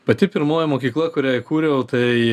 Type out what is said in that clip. pati pirmoji mokykla kurią įkūriau tai